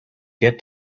get